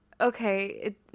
okay